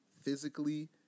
physically